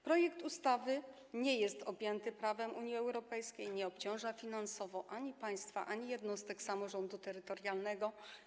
Projekt ustawy nie jest objęty prawem Unii Europejskiej, nie obciąża finansowo ani państwa, ani jednostek samorządu terytorialnego.